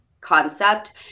concept